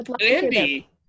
Andy